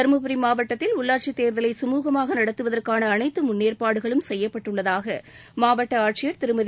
தருமபுரி மாவட்டத்தில் உள்ளாட்சி தேர்தலை சுமுகமாக நடத்துவதற்கான அனைத்து முன்னேற்பாடுகளும் செய்யப்பட்டுள்ளதாக மாவட்ட ஆட்சியர் திருமதி